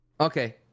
okay